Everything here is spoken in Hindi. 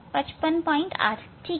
ठीक है